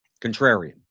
contrarian